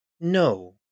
no